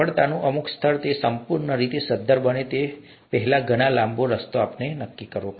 સફળતાનું અમુક સ્તર તે સંપૂર્ણ રીતે સધ્ધર બને તે પહેલા તે ઘણો લાંબો રસ્તો છે અને તેથી વધુ